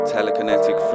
Telekinetic